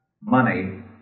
money